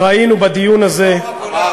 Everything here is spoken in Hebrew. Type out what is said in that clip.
ראינו בדיון הזה, נו,